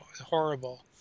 horrible